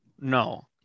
No